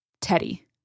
Teddy